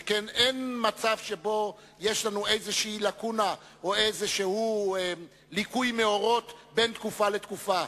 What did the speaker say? שכן אין מצב שבו יש לנו איזו לקונה או ליקוי מאורות בין תקופה לתקופה.